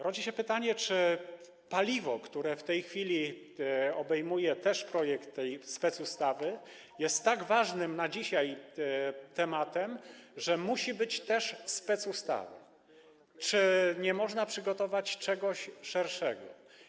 Rodzi się pytanie, czy paliwo, które w tej chwili obejmuje też projekt tej specustawy, jest tak ważnym dzisiaj tematem, że musi być też specustawa, czy nie można przygotować czegoś szerszego.